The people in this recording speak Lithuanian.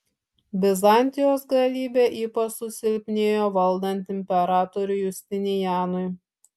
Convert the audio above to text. bizantijos galybė ypač suspindėjo valdant imperatoriui justinianui